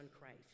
Christ